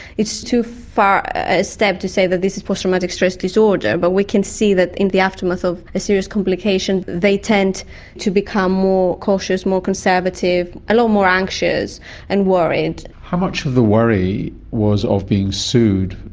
it's too far a step to say that this is post-traumatic stress disorder, but we can see that in the aftermath of a serious complication they tend to become more cautious, more conservative, a lot more anxious and worried. how much of the worry was of being sued?